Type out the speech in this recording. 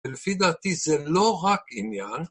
ולפי דעתי זה לא רק עניין